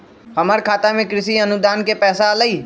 हमर खाता में कृषि अनुदान के पैसा अलई?